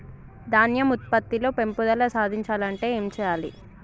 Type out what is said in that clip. ధాన్యం ఉత్పత్తి లో పెంపుదల సాధించాలి అంటే ఏం చెయ్యాలి?